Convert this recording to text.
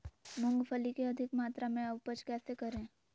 मूंगफली के अधिक मात्रा मे उपज कैसे करें?